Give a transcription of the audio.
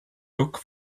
took